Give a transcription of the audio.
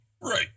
right